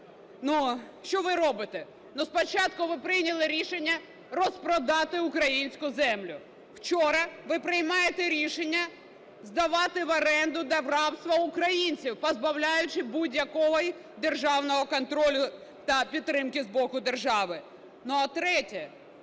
Що ви робите? Спочатку ви прийняли рішення розпродати українську землю. Вчора ви приймаєте рішення здавати в оренду та в рабство українців, позбавляючи будь-якого державного контролю та підтримки з боку держави. І третє.